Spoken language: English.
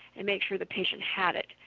and made sure the patient had it,